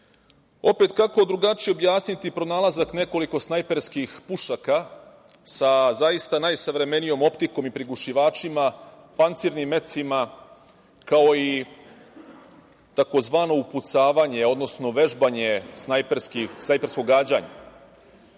itd. Opet, kako drugačije objasniti pronalazak nekoliko snajperskih pušaka sa, zaista, najsavremenijom optikom i prigušivačima, pancirnim mecima, kao i takozvano upucavanje, odnosno vežbanje snajperskog gađanja,